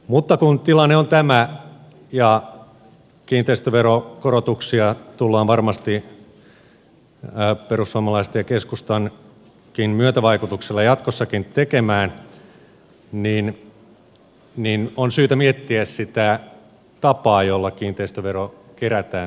mutta kun tilanne on tämä ja kiinteistöveron korotuksia tullaan varmasti perussuomalaisten ja keskustankin myötävaikutuksella jatkossakin tekemään niin on syytä miettiä sitä tapaa jolla kiinteistövero kerätään tulevaisuudessa